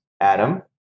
Adam